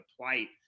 plight